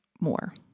more